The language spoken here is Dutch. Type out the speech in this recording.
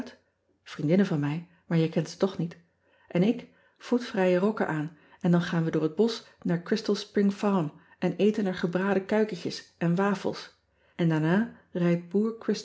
vriendinnen van mij maar jij kent ze toch niet en ik voetvrije rokken aan en dan gaan we door het bosch naar rystal pring arm en eten er gebraden kuikentjes en wafels en daarna rijdt